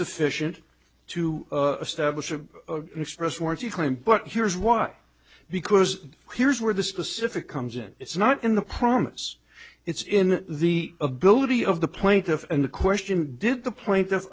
sufficient to establish a express warranty claim but here's why because here's where the specific comes in it's not in the promise it's in the ability of the plaintiff and the question did the pla